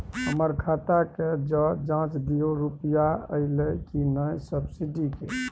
हमर खाता के ज जॉंच दियो रुपिया अइलै की नय सब्सिडी के?